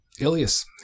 Ilias